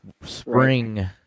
spring